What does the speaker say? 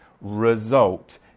result